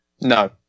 No